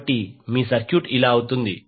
కాబట్టి మీ సర్క్యూట్ ఇలా అవుతుంది